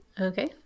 Okay